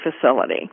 facility